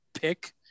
pick